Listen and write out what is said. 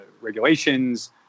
regulations